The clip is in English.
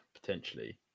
potentially